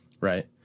right